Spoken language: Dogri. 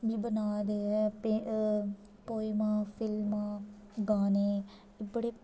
बी बना दे ऐ पे एं पौ पौइमां फिल्मां गाने बड़े